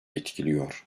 etkiliyor